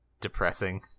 depressing